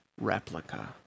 replica